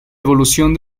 evolución